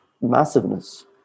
massiveness